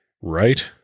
Right